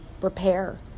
repair